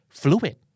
fluid